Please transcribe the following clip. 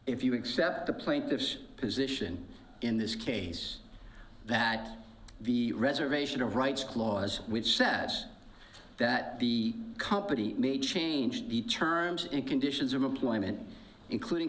if you accept the plaintiff's position in this case that the reservation of rights clause which said that the company may change the terms and conditions of employment including